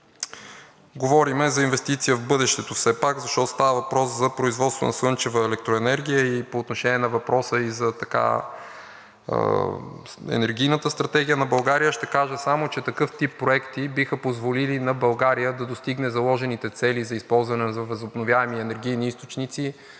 Говорим за инвестиция в бъдещето все пак, защото става въпрос за производство на слънчева електроенергия. По отношение на въпроса и за енергийната стратегия на България, ще кажа само, че такъв тип проекти биха позволили на България да достигне заложените цели за използване на възобновяеми енергийни източници